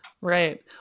Right